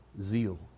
zeal